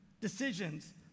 decisions